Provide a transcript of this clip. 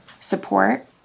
support